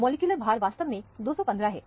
molecular भार वास्तव में 215 है